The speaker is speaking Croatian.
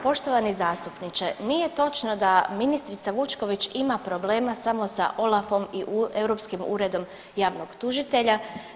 Poštovani zastupniče, nije točno da ministrica Vučković ima problema samo sa OLAF-om i Europskim uredom javnog tužitelja.